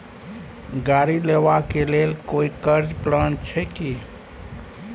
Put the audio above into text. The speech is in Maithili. गाड़ी लेबा के लेल कोई कर्ज प्लान छै की?